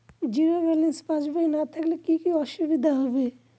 Zero balance পাসবই না থাকলে কি কী অসুবিধা হবে?